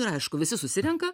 ir aišku visi susirenka